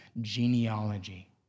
genealogy